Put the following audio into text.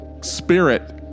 spirit